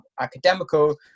Academical